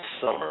summer